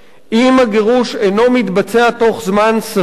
אם הגירוש אינו מתבצע בתוך זמן סביר,